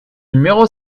numéro